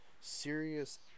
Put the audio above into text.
serious